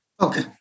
Okay